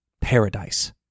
paradise